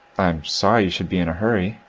i am sorry you should be in a hurry.